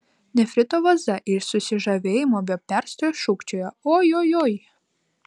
nefrito vaza iš susižavėjimo be perstojo šūkčiojo ojojoi